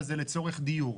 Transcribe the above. קודם כל יושב-ראש הוועדה,